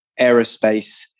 aerospace